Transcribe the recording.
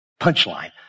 punchline